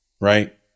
Right